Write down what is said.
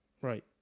Right